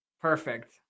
Perfect